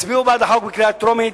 תצביעו בעד הצעת החוק בקריאה טרומית,